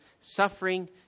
suffering